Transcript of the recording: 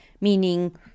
meaning